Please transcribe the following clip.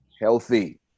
Healthy